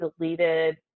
deleted